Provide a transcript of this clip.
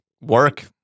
work